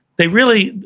they really,